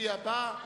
התקציבי הבא,